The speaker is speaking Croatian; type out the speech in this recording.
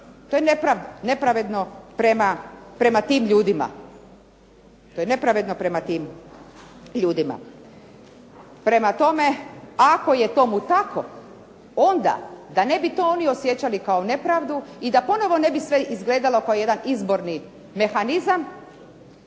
To je nepravedno prema tim ljudima. Prema tome, ako je tomu tako onda da ne bi to onda oni osjećali kao nepravdu i da ne bi ponovno sve izgledalo kao jedan izborni mehanizam